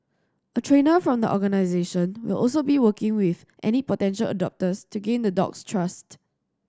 a trainer from the organisation will also be working with any potential adopters to gain the dog's trust